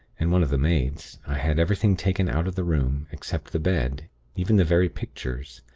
and one of the maids, i had everything taken out of the room, except the bed even the very pictures.